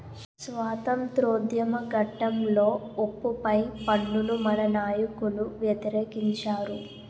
స్వాతంత్రోద్యమ ఘట్టంలో ఉప్పు పై పన్నును మన నాయకులు వ్యతిరేకించారు